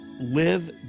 live